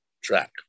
track